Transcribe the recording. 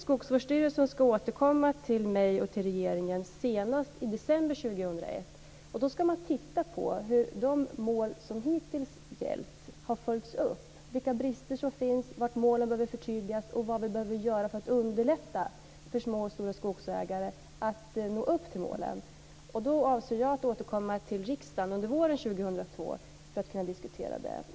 Skogsvårdsstyrelsen ska återkomma till mig och regeringen senast i december 2001. Då ska vi titta på hur de mål som hittills gällt har följts upp, vilka brister som finns, vilka mål som behöver förtydligas och vad vi behöver göra för att underlätta för små och stora skogsägare att nå upp till målen. Jag avser att återkomma till riksdagen under våren 2002 för att kunna diskutera detta.